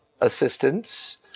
assistance